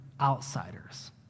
outsiders